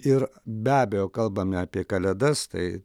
ir be abejo kalbame apie kalėdas tai